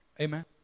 Amen